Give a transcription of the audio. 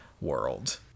world